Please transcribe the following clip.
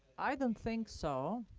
i don't think so.